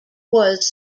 was